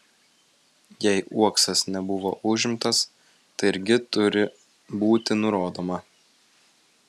jei uoksas nebuvo užimtas tai irgi turi būti nurodoma